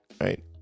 right